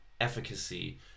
efficacy